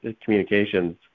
communications